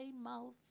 mouth